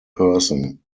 person